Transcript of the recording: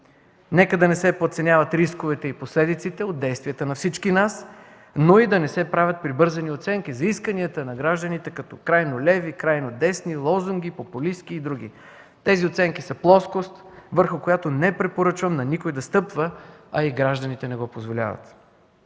Нека да не се подценяват рисковете и последиците от действията на всички нас, но и да не се правят прибързани оценки за исканията на гражданите като крайно леви, крайно десни, лозунги, популистки и други. Тези оценки са плоскост, върху която не препоръчвам на никой да стъпва, а и гражданите не го позволяват.